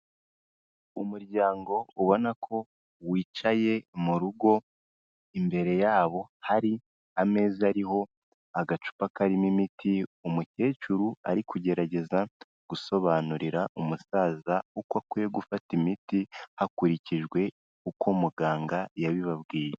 Umuryango ubona ko wicaye mu rugo, imbere yabo hari ameza ariho agacupa karimo imiti, umukecuru ari kugerageza gusobanurira umusaza uko akwiye gufata imiti hakurikijwe uko muganga yabibabwiye.